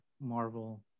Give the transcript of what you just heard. marvel